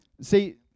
See